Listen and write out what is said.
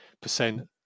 percent